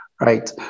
right